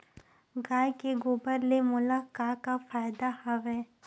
गाय के गोबर ले मोला का का फ़ायदा हवय?